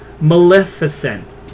Maleficent